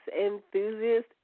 enthusiast